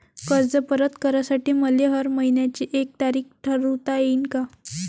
कर्ज परत करासाठी मले हर मइन्याची एक तारीख ठरुता येईन का?